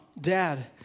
Dad